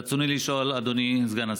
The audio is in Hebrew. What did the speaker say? רצוני לשאול, אדוני סגן השר: